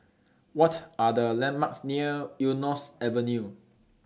What Are The landmarks near Eunos Avenue